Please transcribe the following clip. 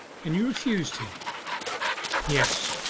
and you refused him yes.